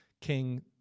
king